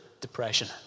depression